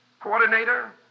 coordinator